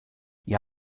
die